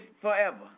forever